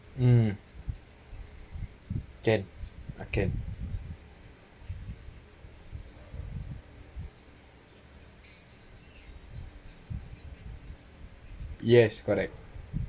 um can uh can yes correct